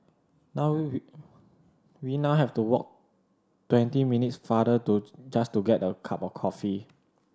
now we we now have to walk twenty minutes farther to just to get a cup of coffee